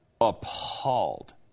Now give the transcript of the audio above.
appalled